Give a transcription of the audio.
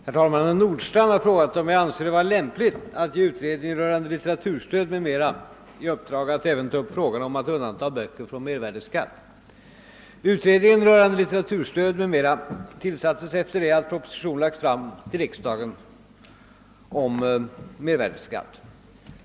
Herr talman! Herr Nordstrandh har frågat, om jag anser det vara lämpligt att ge utredningen rörande litteraturstöd m.m. i uppdrag att även ta upp frågan om att undanta böcker från mervärdeskatt. Utredningen rörande litteraturstöd m.m. tillsattes efter det att proposition lagts fram för riksdagen om mervärdeskatt.